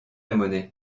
monnaie